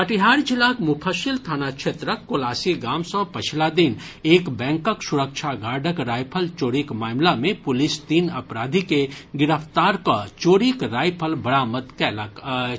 कटिहार जिलाक मुफस्सिल थाना क्षेत्रक कोलासी गाम सँ पछिला दिन एक बैंकक सुरक्षा गार्डक राइफल चोरीक मामिला मे पुलिस तीन अपराधी के गिरफ्तार कऽ चोरीक राइफल बरामद कयलक अछि